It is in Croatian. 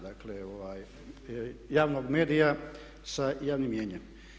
Dakle, javnog medija sa javnim mnijenjem.